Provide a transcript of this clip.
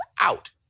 out